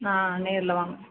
ஆ நேரில் வாங்க